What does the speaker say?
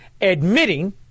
admitting